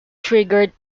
triggered